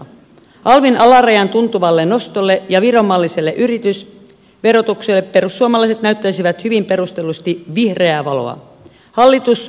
alvin alarajan tuntuvalle nostelle ja viron malliselle yritysverotukselle perussuomalaiset näyttäisivät hyvin perustellusti vihreää valoa hallitus punaista